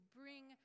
bring